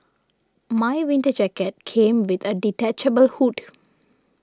my winter jacket came with a detachable hood